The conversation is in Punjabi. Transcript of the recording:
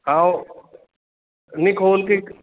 ਹਾਂ ਓ ਨਹੀਂ ਖੋਲ ਕੇ